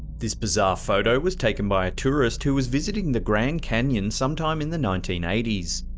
this bizarre photo was taken by a tourist who was visiting the grand canyon some time in the nineteen eighty s.